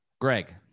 Greg